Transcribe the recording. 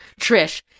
Trish